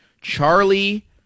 Charlie